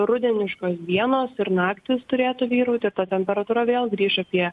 rudeniškos dienos ir naktys turėtų vyrauti ta temperatūra vėl grįš apie